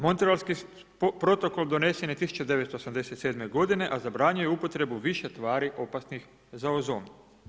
Montrealski protokol donesen je 1987. godine, a zabranjuje upotrebu više tvari opasnih za ozon.